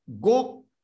go